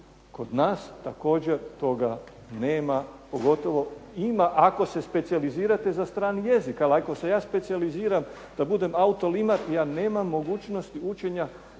kod nas također toga nema, pogotovo, ima ako se specijalizirate za strani jezik, ali ako se ja specijaliziram da budem autolimar ja nemam mogućnost učenja